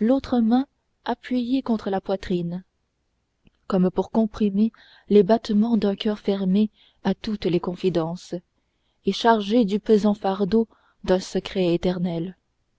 l'autre main appuyée contre la poitrine comme pour comprimer les battements d'un coeur fermé à toutes les confidences et chargé du pesant fardeau d'un secret éternel